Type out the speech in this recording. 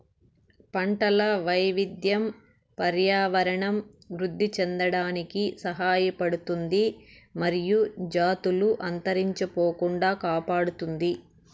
పంటల వైవిధ్యం పర్యావరణం వృద్ధి చెందడానికి సహాయపడుతుంది మరియు జాతులు అంతరించిపోకుండా కాపాడుతుంది